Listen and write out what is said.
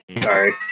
Sorry